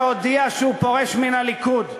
שהודיע שהוא פורש מהליכוד,